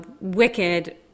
wicked